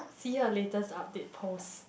see her latest update post